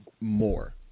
more